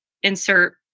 insert